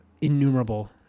innumerable